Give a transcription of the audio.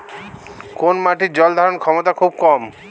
কোন মাটির জল ধারণ ক্ষমতা খুব কম?